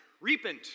Repent